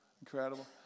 incredible